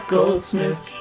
Goldsmith